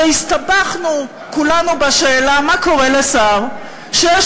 הרי הסתבכנו כולנו בשאלה מה קורה לשר שיש